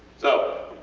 so